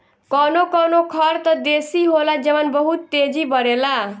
कवनो कवनो खर त देसी होला जवन बहुत तेजी बड़ेला